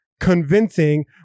convincing